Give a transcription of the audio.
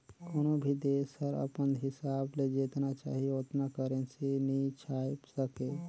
कोनो भी देस हर अपन हिसाब ले जेतना चाही ओतना करेंसी नी छाएप सके